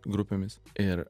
grupėmis ir